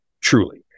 truly